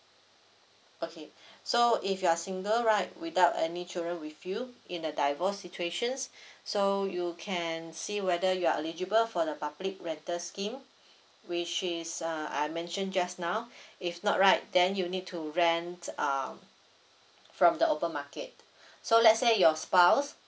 okay so if you are single right without any children with you in the divorce situations so you can see whether you are eligible for the public rental scheme which is uh I mention just now if not right then you need to rent um from the open market so let's say your spouse